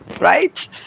right